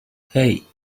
hey